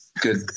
good